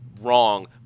wrong